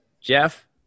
Jeff